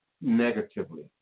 negatively